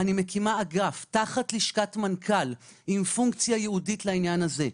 אני מקימה אגף תחת לשכת מנכ"ל עם פונקציה ייעודית לעניין הזה.